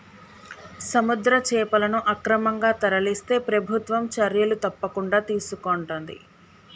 సముద్ర చేపలను అక్రమంగా తరలిస్తే ప్రభుత్వం చర్యలు తప్పకుండా తీసుకొంటది